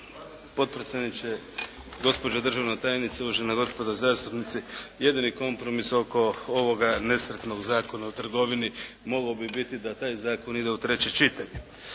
potpredsjedniče, gospođo državna tajnice, uvažena gospodo zastupnici. Jedini kompromis oko ovoga nesretnog Zakona o trgovini mogao bi biti da taj zakon ide u treće čitanje.